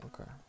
Okay